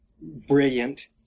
brilliant